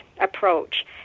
approach